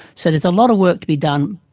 so there's a lot of work to be done,